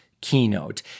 keynote